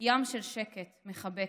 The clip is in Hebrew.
/ ים של שקט, מחבקת,